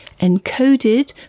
encoded